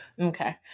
Okay